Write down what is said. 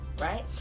right